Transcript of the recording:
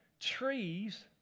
trees